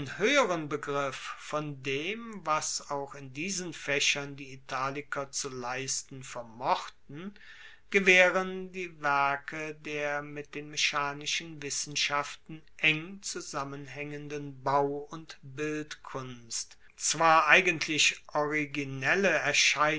hoeheren begriff von dem was auch in diesen faechern die italiker zu leisten vermochten gewaehren die werke der mit den mechanischen wissenschaften eng zusammenhaengenden bau und bildkunst zwar eigentlich originelle